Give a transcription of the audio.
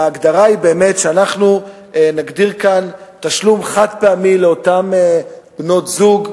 וההגדרה היא באמת שאנחנו נגדיר כאן תשלום חד-פעמי לאותן בנות-זוג,